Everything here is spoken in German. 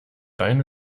rein